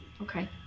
Okay